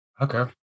Okay